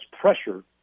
pressure